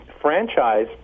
franchise